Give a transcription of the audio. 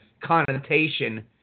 connotation